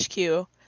HQ